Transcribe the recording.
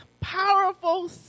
powerful